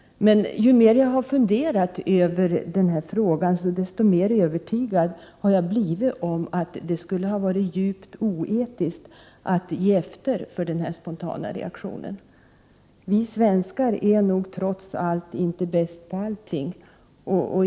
Men ju mer jag har funderat över frågan, desto mer övertygad har jag blivit om att det vore djupt oetiskt att ge efter för en sådan här spontan reaktion. Vi svenskar är nog trots allt inte bäst på allting.